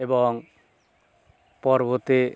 এবং পর্বতে